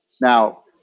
Now